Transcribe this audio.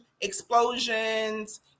explosions